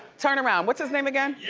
turn around, what's his name again?